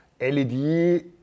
LED